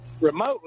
remotely